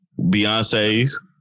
Beyonce's